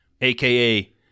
aka